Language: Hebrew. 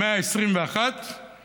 במאה ה-21 שתחתיו